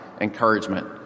encouragement